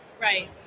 right